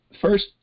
first